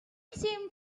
seemed